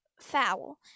foul